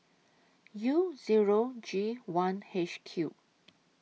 U Zero G one H Q